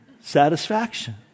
satisfaction